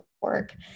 work